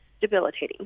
debilitating